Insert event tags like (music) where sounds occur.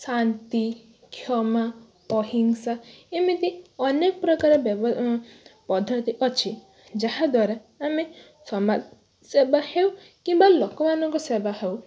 ଶାନ୍ତି କ୍ଷମା ଅହିଂସା ଏମିତି ଅନେକ ପ୍ରକାର (unintelligible) ପଦ୍ଧତି ଅଛି ଯାହା ଦ୍ୱାରା ଆମେ ସମାଜ ସେବା ହେଉ କିମ୍ବା ଲୋକମାନଙ୍କ ସେବା ହେଉ